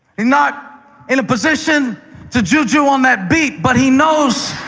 not in a position to juju on that beat, but he knows